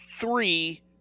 three